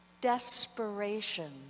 desperation